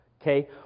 okay